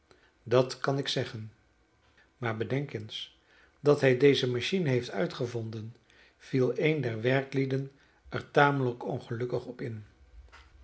dat kan ik zeggen maar bedenk eens dat hij deze machine heeft uitgevonden viel een der werklieden er tamelijk ongelukkig op in